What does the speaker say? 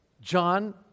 John